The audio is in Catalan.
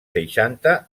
seixanta